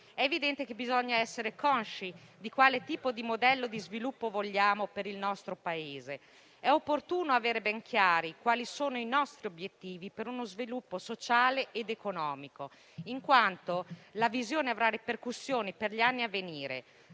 È evidente che bisogna essere consci di quale tipo di modello di sviluppo vogliamo per il nostro Paese. È opportuno avere ben chiari quali sono i nostri obiettivi per uno sviluppo sociale ed economico, in quanto la visione avrà ripercussioni per gli anni a venire.